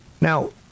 Now